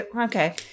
okay